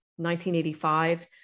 1985